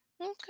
okay